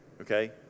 Okay